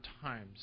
times